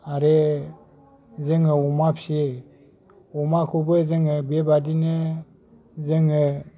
आरो जोङो अमा फियो अमाखौबो जोङो बेबादिनो जोङो